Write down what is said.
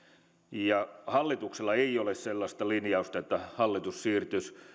ja hallituksella ei ole sellaista linjausta että hallitus siirtyisi